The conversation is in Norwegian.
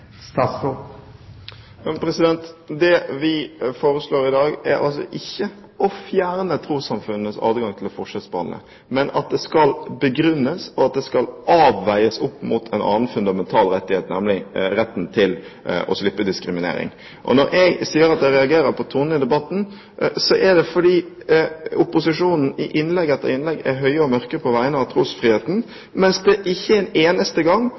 men at det skal begrunnes og avveies opp mot en annen fundamental rettighet – nemlig retten til å slippe diskriminering. Når jeg sier at jeg reagerer på tonen i debatten, er det fordi opposisjonen i innlegg etter innlegg er høye og mørke på vegne av trosfriheten, mens det ikke en eneste gang